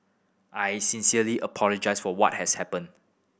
I sincerely apologise for what has happened